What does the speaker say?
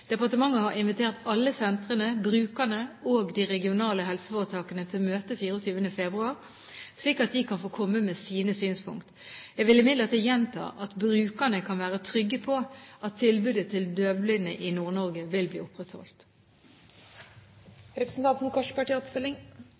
Departementet har invitert alle sentrene, brukerne og de regionale helseforetakene til møte 24. februar, slik at de kan få komme med sine synspunkter. Jeg vil imidlertid gjenta at brukerne kan være trygge på at tilbudet til døvblinde i Nord-Norge vil bli opprettholdt.